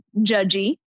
judgy